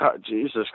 Jesus